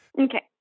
Okay